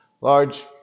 large